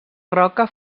roca